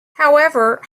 however